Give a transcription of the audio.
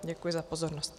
Děkuji za pozornost.